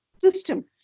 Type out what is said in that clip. system